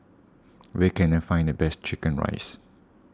where can I find the best Chicken Rice